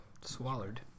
Swallowed